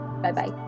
Bye-bye